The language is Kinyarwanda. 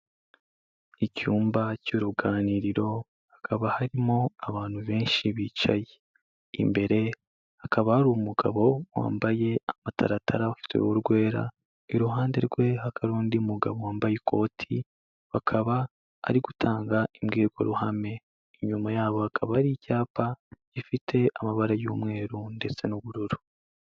Icyumba cy'uruganiriro hakaba harimo abantu benshi bicaye, imbere hakaba hari umugabo wambaye amataratara ufite uruhu rwera, iruhande rwe hakaba hari undi mugabo wambaye ikoti, bakaba ari gutanga imbwirwaruhame, inyuma yabo hakaba hari icyapa gifite amabara y'umweru ndetse n'ubururu.